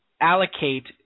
allocate